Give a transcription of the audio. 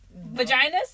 Vaginas